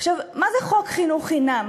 מה זה חוק חינוך חינם?